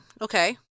okay